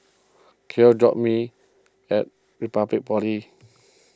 Gale drop me at Republic Polytechnic